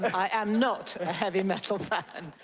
i am not a heavy metal fan.